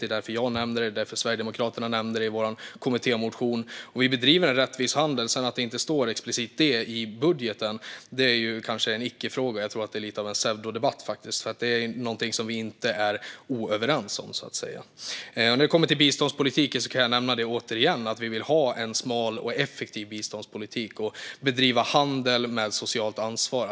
Det är därför jag nämner det, och Sverigedemokraterna nämnde det i kommittémotionen. Vi bedriver en rättvis handel. Att det inte explicit står så i budgeten är kanske en icke-fråga. Jag tycker nog att det är en pseudodebatt, eftersom vi inte är "oöverens" om det här. Jag kan återigen nämna att vi vill ha en smal och effektiv biståndspolitik och bedriva handel med socialt ansvar.